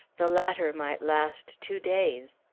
the latter might last two days.